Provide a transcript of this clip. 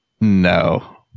no